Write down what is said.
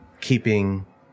keeping